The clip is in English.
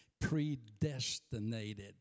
predestinated